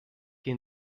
hier